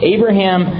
Abraham